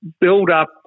build-up